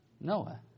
Noah